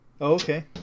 okay